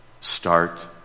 start